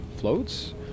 Floats